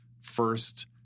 first